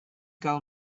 gal